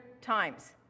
times